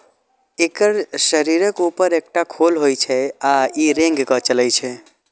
एकर शरीरक ऊपर एकटा खोल होइ छै आ ई रेंग के चलै छै